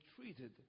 treated